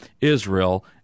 Israel